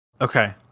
Okay